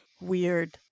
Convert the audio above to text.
weird